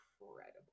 incredible